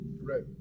right